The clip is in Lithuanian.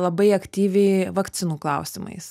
labai aktyviai vakcinų klausimais